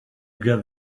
get